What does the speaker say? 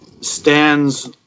stands